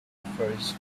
offers